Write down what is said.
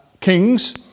kings